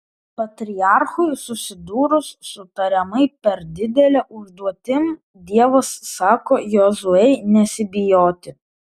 patriarchui susidūrus su tariamai per didele užduotim dievas sako jozuei nesibijoti